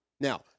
Now